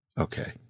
Okay